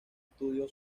estudio